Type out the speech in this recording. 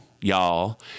y'all